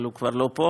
אבל הוא כבר לא פה.